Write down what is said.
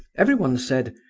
everyone said,